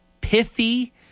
pithy